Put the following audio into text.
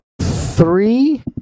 three